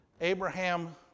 Abraham